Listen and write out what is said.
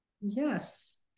Yes